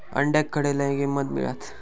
अंड्याक खडे लय किंमत मिळात?